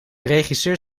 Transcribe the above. regisseur